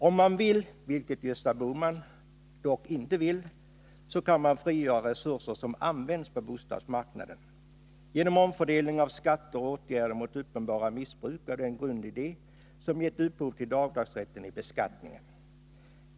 Om man vill — vilket Gösta Bohman dock inte vill — kan man frigöra resurser som används på bostadsmarknaden genom omfördelning av skatter och åtgärder mot uppenbara missbruk av den grundidé som gett upphov till avdragsrätten i beskattningen.